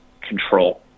control